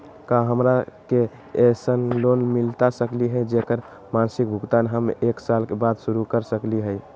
का हमरा के ऐसन लोन मिलता सकली है, जेकर मासिक भुगतान हम एक साल बाद शुरू कर सकली हई?